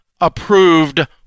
approved